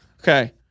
Okay